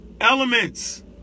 elements